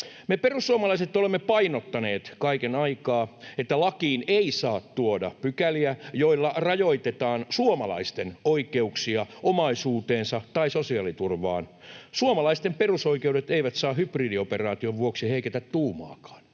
Me perussuomalaiset olemme painottaneet kaiken aikaa, että lakiin ei saa tuoda pykäliä, joilla rajoitetaan suomalaisten oikeuksia omaisuuteensa tai sosiaaliturvaan. Suomalaisten perusoikeudet eivät saa hybridioperaation vuoksi heiketä tuumaakaan.